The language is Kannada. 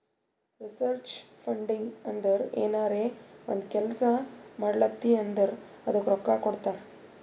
ರಿಸರ್ಚ್ ಫಂಡಿಂಗ್ ಅಂದುರ್ ಏನರೇ ಒಂದ್ ಕೆಲ್ಸಾ ಮಾಡ್ಲಾತಿ ಅಂದುರ್ ಅದ್ದುಕ ರೊಕ್ಕಾ ಕೊಡ್ತಾರ್